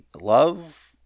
Love